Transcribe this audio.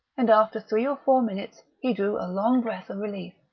and after three or four minutes he drew a long breath of relief.